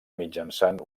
mitjançant